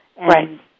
Right